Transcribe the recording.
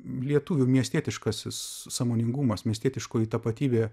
lietuvių miestietiškasis sąmoningumas miestietiškoji tapatybė